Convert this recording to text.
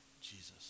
Jesus